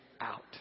out